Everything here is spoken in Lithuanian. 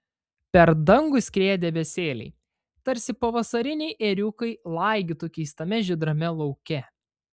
per dangų skrieja debesėliai tarsi pavasariniai ėriukai laigytų keistame žydrame lauke